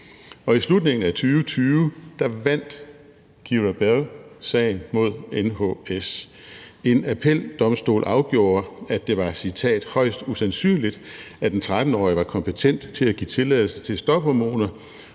I slutningen af 2020 vandt Keira Bell sagen mod NHS. En appeldomstol afgjorde, at det var – citat – højst usandsynligt, at en 13-årig var kompetent til at give tilladelse til stophormoner